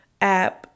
app